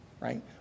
right